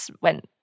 went